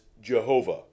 Jehovah